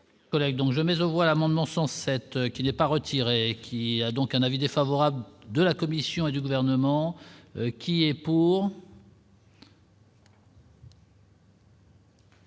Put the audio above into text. jamais je voilà Mandement 107 qui n'est pas retiré, qui a donc un avis défavorable de la Commission et du gouvernement qui est pour.